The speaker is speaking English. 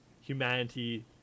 humanity